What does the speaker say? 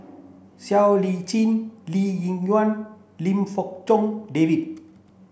Siow Lee Chin Lee Ling Yen Lim Fong Jock David